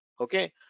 okay